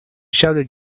shouted